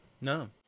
No